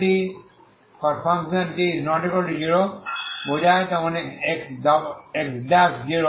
Tt≠0বোঝায় X00